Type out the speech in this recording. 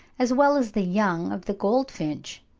as well as the young of the goldfinch,